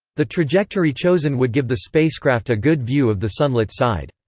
the trajectory chosen would give the spacecraft a good view of the sunlit side.